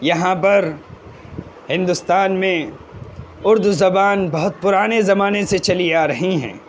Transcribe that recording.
یہاں پر ہندوستان میں اردو زبان بہت پرانے زمانے سے چلی آ رہی ہے